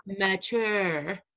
mature